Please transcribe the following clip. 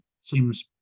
Seems